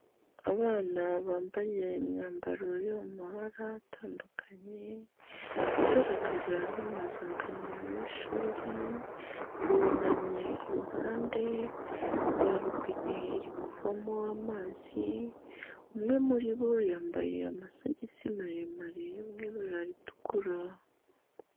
Abana bambaye imyambaro yo mu mabara atandukanye, igaragara nk'impuzangano y'ishuri, bunamye iruhande rwa robine iri kuvamo amazi, umwe muri bo yambaye amasogisi maremare yo mu ibara ritukura.